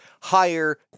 higher